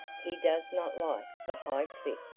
he does not like the high cliff,